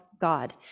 God